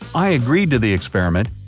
i agreed to the experiment,